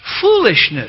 foolishness